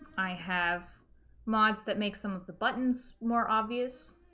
i have mods that make some buttons more obvious